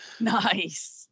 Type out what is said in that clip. nice